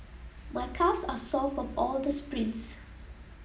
my calves are sore from all the sprints